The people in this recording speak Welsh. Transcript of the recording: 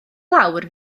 lawr